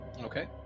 Okay